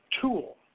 tool